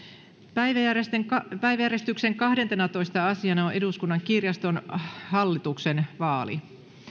päiväjärjestyksen päiväjärjestyksen kahdentenatoista asiana on eduskunnan kirjaston hallituksen vaali